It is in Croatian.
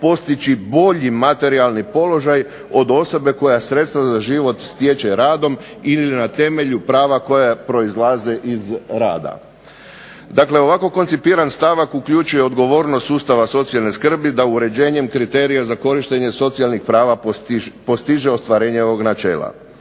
postići bolji materijalni položaj od osobe koja sredstva za život stječe radom ili na temelju prava koja proizlaze iz rada. Dakle, ovako koncipiran stavak uključuje odgovornost sustava socijalne skrbi da uređenjem kriterija za korištenje socijalnih prava postiže ostvarenje ovog načela.